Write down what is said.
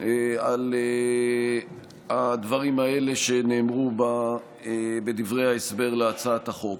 על הדברים האלה שנאמרו בדברי ההסבר להצעת החוק.